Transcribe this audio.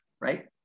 right